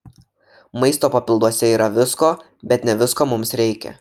maisto papilduose yra visko bet ne visko mums reikia